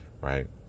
right